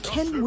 Ken